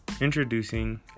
introducing